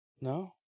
No